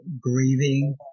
grieving